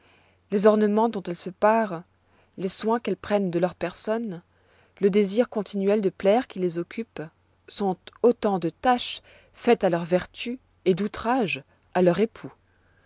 les ornements dont elles se parent les soins qu'elles prennent de leur personne le désir continuel de plaire qui les occupe sont autant de taches faites à leur vertu et d'outrages à leur époux